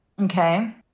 Okay